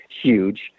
huge